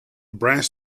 brass